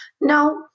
Now